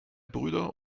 brüder